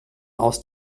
aus